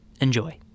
Enjoy